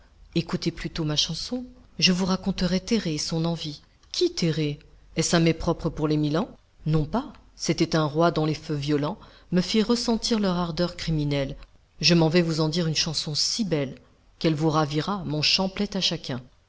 écoutez plutôt ma chanson je vous raconterai térée et son envie qui térée est-ce un mets propre pour les milans non pas c'était un roi dont les feux violents me firent ressentir leur ardeur criminelle je m'en vais vous en dire une chanson si belle qu'elle vous ravira mon chant plaît à chacun